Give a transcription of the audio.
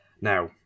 Now